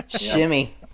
shimmy